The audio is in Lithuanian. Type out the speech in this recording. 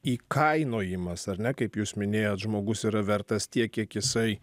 įkainojimas ar ne kaip jūs minėjot žmogus yra vertas tiek kiek jisai